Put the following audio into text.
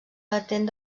latent